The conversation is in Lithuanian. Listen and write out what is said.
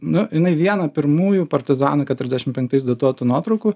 nu jinai viena pirmųjų partizanų keturiasdešim penktais datuotų nuotraukų